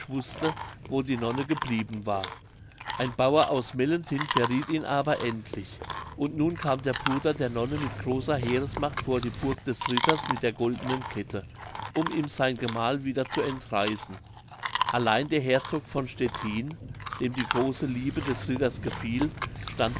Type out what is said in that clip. wußte wo die nonne geblieben war ein bauer aus mellenthin verrieth ihn aber endlich und nun kam der bruder der nonne mit großer heeresmacht vor die burg des ritters mit der goldenen kette um ihm sein gemahl wieder zu entreißen allein der herzog von stettin dem die große liebe des ritters gefiel stand